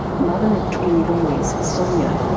mother of twin boys, sonya,